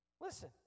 Listen